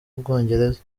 bwongereza